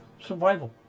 Survival